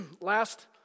last